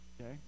Okay